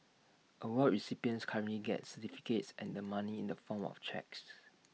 award recipients currently get certificates and the money in the form of cheques